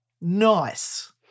Nice